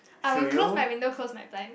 I will close my window close my blind